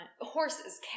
Horses